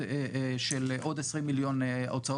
החל